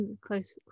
close